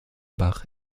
bach